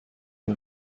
who